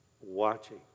watching